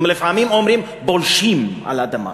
הם לפעמים אומרים: פולשים על אדמה,